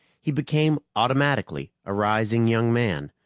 he became automatically a rising young man,